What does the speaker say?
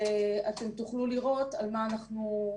תוכלו לראות על מה אנחנו מדברים.